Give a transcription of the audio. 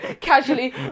casually